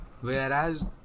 whereas